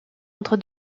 entre